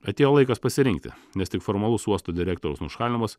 atėjo laikas pasirinkti nes tik formalus uosto direktoriaus nušalinimas